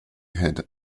had